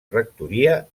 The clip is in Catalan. rectoria